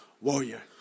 warrior